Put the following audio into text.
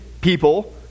people